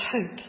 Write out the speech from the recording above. hope